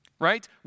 Right